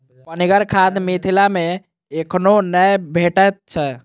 पनिगर खाद मिथिला मे एखनो नै भेटैत छै